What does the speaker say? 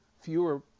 fewer